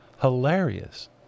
hilarious